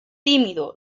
tímido